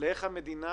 לאיך המדינה